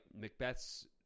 Macbeth's